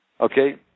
Okay